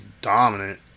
dominant